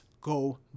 go